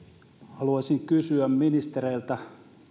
haluaisin kysyä ministereiltä